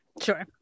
sure